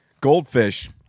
Goldfish